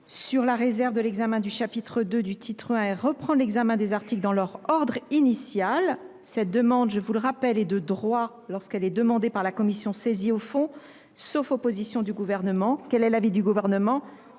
sur la réserve de l’examen du chapitre II du titre I et à reprendre l’examen des articles dans leur ordre initial. Cette demande est de droit quand elle émane de la commission saisie au fond, sauf opposition du Gouvernement. Quel est l’avis du Gouvernement ?